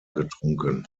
getrunken